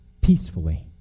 peacefully